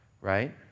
right